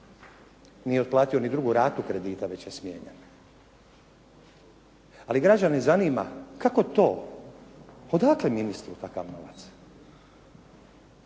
Nije otplatio niti drugu ratu kredita, već je smijenjen. Ali građane zanima, kako to, odakle ministru takav novac.